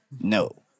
No